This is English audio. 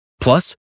Plus